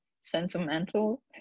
sentimental